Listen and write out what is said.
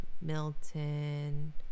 Milton